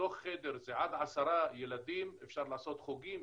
בתוך חדר זה עד עשרה ילדים, אפשר לעשות חוגים.